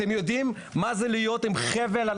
אתם יודעים מה זה להיות עם חבל על